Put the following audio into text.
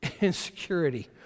insecurity